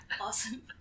Awesome